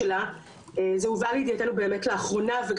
לאחרונה, וגם האיגרת הלכאורה מתקנת,